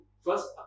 first